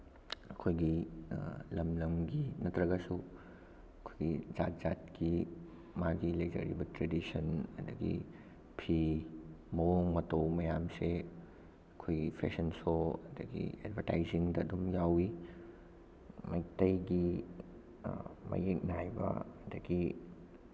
ꯑꯩꯈꯣꯏꯒꯤ ꯂꯝ ꯂꯝꯒꯤ ꯅꯠꯇ꯭ꯔꯒꯁꯨ ꯑꯩꯈꯣꯏꯒꯤ ꯖꯥꯠ ꯖꯥꯠꯀꯤ ꯃꯥꯒꯤ ꯂꯩꯖꯔꯤꯕ ꯇ꯭ꯔꯦꯗꯤꯁꯟ ꯑꯗꯒꯤ ꯐꯤ ꯃꯑꯣꯡ ꯃꯇꯧ ꯃꯌꯥꯝꯁꯦ ꯑꯩꯈꯣꯏꯒꯤ ꯐꯦꯁꯟ ꯁꯣ ꯑꯗꯒꯤ ꯑꯦꯠꯚꯔꯇꯥꯏꯖꯤꯡꯗ ꯑꯗꯨꯝ ꯌꯥꯎꯋꯤ ꯃꯩꯇꯩꯒꯤ ꯃꯌꯦꯛ ꯅꯥꯏꯕ ꯑꯗꯒꯤ